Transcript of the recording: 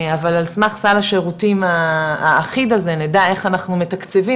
אבל על סמך סל השירותים האחיד הזה נדע איך אנחנו מתקצבים